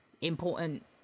important